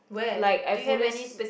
like I follows